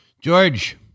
George